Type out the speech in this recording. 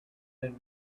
been